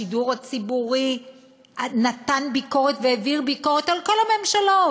השידור הציבורי נתן ביקורת והעביר ביקורת על כל הממשלות,